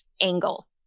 angle